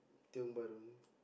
Tiong-Bahru